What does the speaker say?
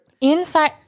inside